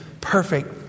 perfect